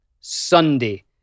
Sunday